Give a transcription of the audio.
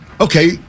okay